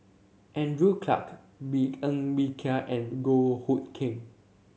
Andrew Clarke Bee Ng Bee Kia and Goh Hood Keng